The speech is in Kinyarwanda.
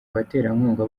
abaterankunga